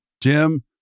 Jim